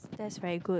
that's very good